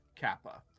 Kappa